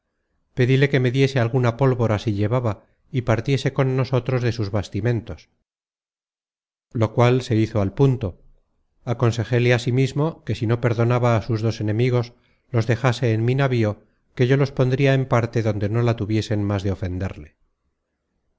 enfermedad pedíle me diese alguna pólvora si llevaba y partiese con nosotros de sus bastimentos lo cual se hizo al punto aconsejéle asimismo que si no perdonaba á sus dos enemigos los dejase en mi navío que yo los pondria en parte donde no la tuviesen más de ofenderle